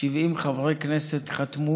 70 חברי כנסת חתמו